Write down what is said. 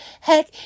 heck